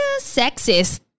sexist